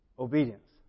Obedience